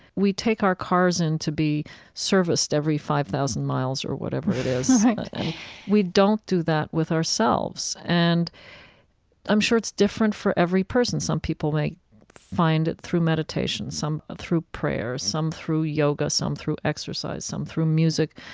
we take our cars in to be serviced every five thousand miles or whatever it is, but we don't do that with ourselves. and i'm sure it's different for every person. some people may find it through meditation, some through prayer, some through yoga, some through exercise, some through music,